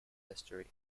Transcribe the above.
history